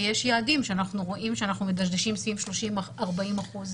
ויש יעדים שאנחנו רואים שאנחנו מדשדשים סביב 40-30 אחוזים.